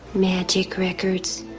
magic records.